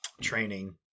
training